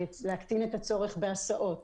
להקטין את הצורך בהסעות